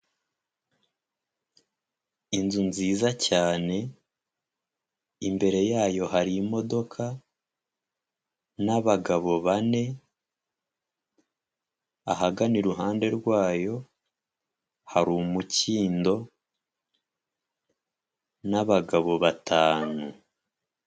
Inzu nziza cyane, imbere yayo hari imodoka n'abagabo bane, ahagana iruhande rwayo, hari umukindo n'abagabo batanu.